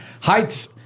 heights